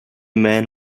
men